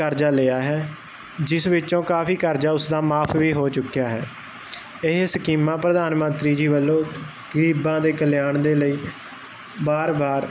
ਕਰਜਾ ਲਿਆ ਹੈ ਜਿਸ ਵਿੱਚੋਂ ਕਾਫੀ ਕਰਜਾ ਉਸਦਾ ਮਾਫ਼ ਵੀ ਹੋ ਚੁੱਕਿਆ ਹੈ ਇਹ ਸਕੀਮਾਂ ਪ੍ਰਧਾਨ ਮੰਤਰੀ ਜੀ ਵੱਲੋਂ ਗਰੀਬਾਂ ਦੇ ਕਲਿਆਣ ਦੇ ਲਈ ਬਾਰ ਬਾਰ